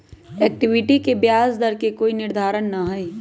equity के ब्याज दर के कोई निर्धारण ना हई